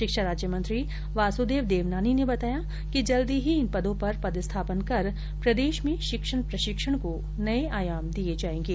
शिक्षा राज्य मंत्री वासुदेव देवनानी ने बताया कि जल्दी ही इन पदों पर पदस्थापन कर प्रदेश में शिक्षण प्रशिक्षण को नये आयाम दिये जाएंगे